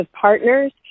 partners